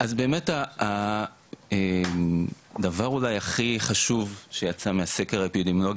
אז באמת הדבר אולי הכי חשוב שיצא מהסקר האפידמיולוגי